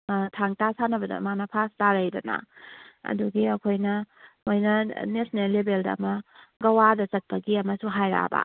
ꯑꯥ ꯊꯥꯡ ꯇꯥ ꯁꯥꯟꯅꯕꯗ ꯃꯥꯅ ꯐꯥꯁ ꯇꯥꯔꯛꯏꯗꯅ ꯑꯗꯨꯒꯤ ꯑꯩꯈꯣꯏꯅ ꯃꯈꯣꯏꯅ ꯅꯦꯁꯅꯦꯜ ꯂꯦꯕꯦꯜꯗ ꯑꯃ ꯒꯧꯋꯥꯗ ꯆꯠꯄꯒꯤ ꯑꯃꯁꯨ ꯍꯥꯏꯔꯛꯑꯕ